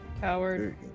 Coward